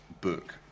book